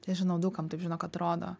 nežinau daug kam taip žinok atrodo